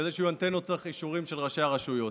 כדי שיהיו אנטנות צריך אישורים של ראשי הרשויות.